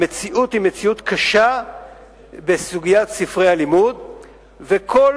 המציאות בסוגיית ספרי הלימוד היא קשה,